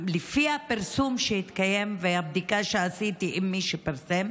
לפי הפרסום שהתקיים והבדיקה שעשיתי עם מי שפרסם,